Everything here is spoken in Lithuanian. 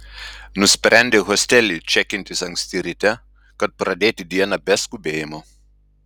nusprendė hostely čekintis anksti ryte kad pradėti dieną be skubėjimo